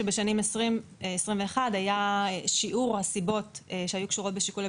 2020 ו-2021 שיעור הסיבות שהיו קשורות בשיקולי